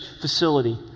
facility